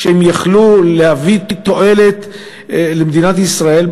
שיכלו להביא תועלת למדינת ישראל,